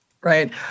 Right